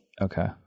Okay